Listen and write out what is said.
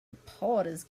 reporters